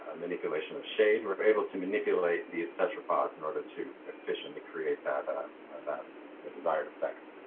ah manipulation of shade were able to manipulate these tetrapods, in order to efficiently create that ah that that desired effect.